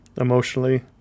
emotionally